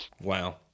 wow